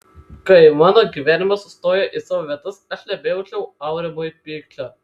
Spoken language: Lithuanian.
kai mano gyvenimas stojo į savo vietas aš nebejaučiau aurimui pykčio